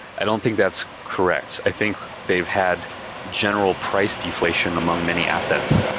i don't think that's correct. i think they've had general price deflation among many assets,